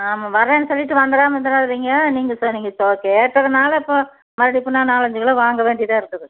ஆமாம் வரேன்னு சொல்லிவிட்டு வந்துராமல் இருந்துறாதீங்க நீங்கள் நீங்கள் கேட்டதனால் இப்போ மறுபடி எப்படின்னா நாலஞ்சு கிலோ வாங்க வேண்டிதாக இருக்குது